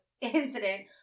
incident